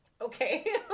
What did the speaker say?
Okay